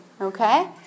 okay